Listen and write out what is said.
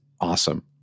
awesome